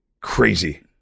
crazy